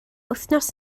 wythnos